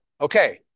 Okay